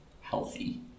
healthy